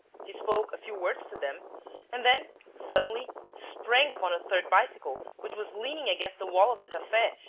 he spoke a few words to them and then, suddenly, sprang upon a third bicycle, which was leaning against the wall of the cafe,